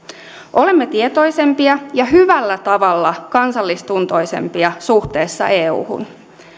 olemme tietoisempia ja hyvällä tavalla kansallistuntoisempia suhteessa euhun